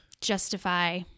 Justify